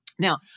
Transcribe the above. Now